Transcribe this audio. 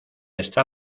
esta